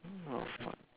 mm !wow! fun